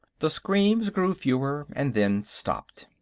the screams grew fewer, and then stopped.